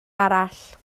arall